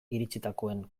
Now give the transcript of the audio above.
iritsitakoen